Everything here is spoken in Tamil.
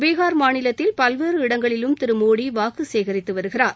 பீகார் மாநிலத்தில் பல்வேறு இடங்களிலும் திரு மோடி வாக்கு சேகரித்து வருகிறார்